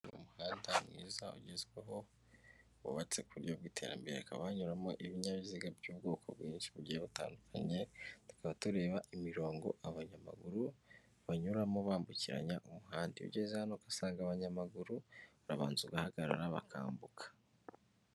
Uyu ni umuhanda mwiza ugezweho wubatse ku buryo bw'iterambere, hakaba hanyuramo ibinyabiziga by'ubwoko bwinshi bugiye butandukanye, tukaba tureba imirongo abanyamaguru banyuramo bambukiranya umuhanda, ugeze hano ugasanga abanyamaguru, urabanza ugahagarara bakambuka.